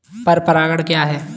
पर परागण क्या है?